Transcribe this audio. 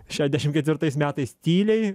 šešiasdešimt ketvirtais metais tyliai